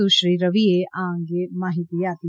સુશ્રી રવિએ આ અંગે માહિતી આપી